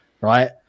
right